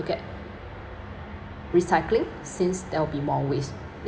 get recycling since there'll be more waste